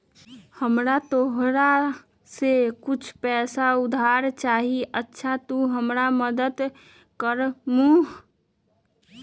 हमरा तोरा से कुछ पैसा उधार चहिए, अच्छा तूम हमरा मदद कर मूह?